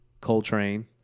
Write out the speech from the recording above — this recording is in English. Coltrane